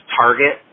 target